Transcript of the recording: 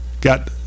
got